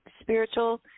spiritual